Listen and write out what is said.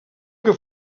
que